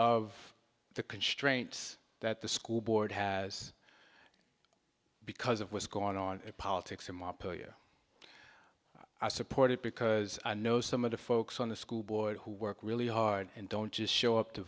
of the constraints that the school board has because of what's gone on politics and i support it because i know some of the folks on the school board who work really hard and don't just show up to